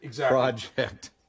project